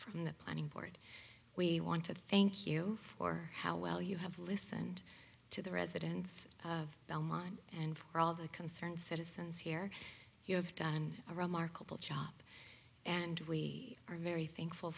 from the planning board we want to thank you for how well you have listened to the residents of bell mine and for all the concerned citizens here you have done a remarkable chop and we are very thankful